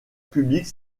publique